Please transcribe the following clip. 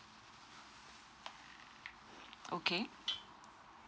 okay